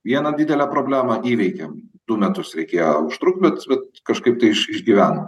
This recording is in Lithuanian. vieną didelę problemą įveikėm du metus reikėjo užtrukt bet kažkaip tai iš išgyvenom